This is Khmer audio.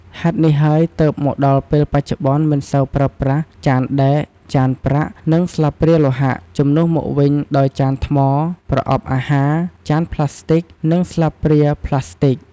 ហេតុនេះហើយទើបមកដល់ពេលបច្ចុប្បន្នមិនសូវប្រើប្រាស់ ចានដែក ចានប្រាក់ និងស្លាបព្រាលោហៈ ជំនួសមកវិញដោយ ចានថ្ម ប្រអប់អាហារ ចានប្លាស្ទិក និងស្លាបព្រាប្លាស្ទិក។